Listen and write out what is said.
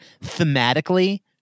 thematically